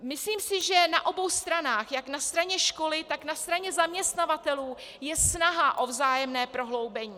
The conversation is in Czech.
Myslím si, že na obou stranách, jak na straně školy, tak na straně zaměstnavatelů, je snaha o vzájemné prohloubení.